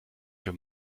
für